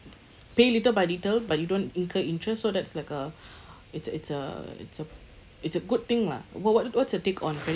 pay little by little but you don't incur interest so that's like uh it's a it's a it's a it's a good thing lah what what what's your take on credit